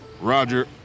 Roger